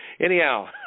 anyhow